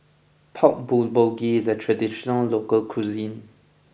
Pork Bulgogi is a traditional local cuisine